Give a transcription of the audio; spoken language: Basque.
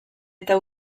eta